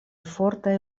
fortaj